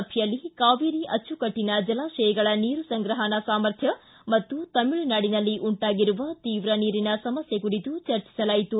ಸಭೆಯಲ್ಲಿ ಕಾವೇರಿ ಅಚ್ಚುಕಟ್ಟನ ಜಲಾಶಯಗಳ ನೀರು ಸಂಗ್ರಹಣಾ ಸಾಮರ್ಥ್ಯ ಮತ್ತು ತಮಿಳುನಾಡಿನಲ್ಲಿ ಉಂಟಾಗಿರುವ ತೀವ್ರ ನೀರಿನ ಸಮಸ್ಕೆ ಕುರಿತು ಚರ್ಚಿಸಲಾಯಿತು